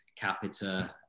capita